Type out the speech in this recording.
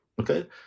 okay